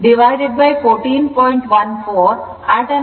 ಆದ್ದರಿಂದ 100 sin 40 t 14